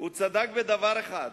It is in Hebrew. הוא צדק בדבר אחד,